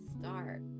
start